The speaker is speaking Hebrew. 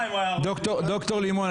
ד"ר לימון,